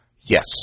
yes